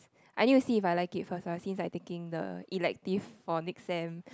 I need to see if I like it first ah since I taking the elective for next sem